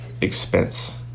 expense